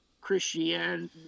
Christian